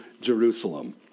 Jerusalem